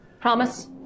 Promise